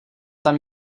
tam